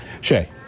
Shay